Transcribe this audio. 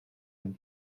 and